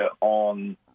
on